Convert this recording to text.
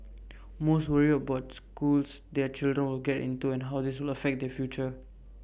most worry about schools their children will get into and how this will affect their future